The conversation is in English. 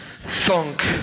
thunk